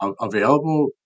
available